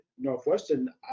Northwestern